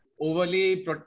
overly